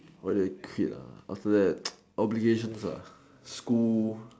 why did I quit ah after that obligations ah school